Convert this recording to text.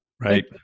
Right